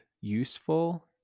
useful